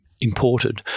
imported